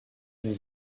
his